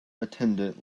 attendant